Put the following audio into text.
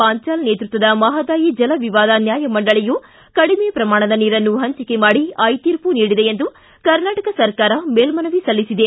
ಪಾಂಚಾಲ್ ನೇತೃತ್ವದ ಮಹದಾಯಿ ಜಲವಿವಾದ ನ್ನಾಯಮಂಡಳಿಯು ಕಡಿಮೆ ಪ್ರಮಾಣದ ನೀರನ್ನು ಹಂಚಿಕೆ ಮಾಡಿ ಐತೀರ್ಮ ನೀಡಿದೆ ಎಂದು ಕರ್ನಾಟಕ ಸರ್ಕಾರ ಮೇಲ್ದನವಿ ಸಲ್ಲಿಸಿದೆ